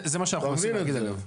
זה מה שאנחנו מנסים להגיד עליו.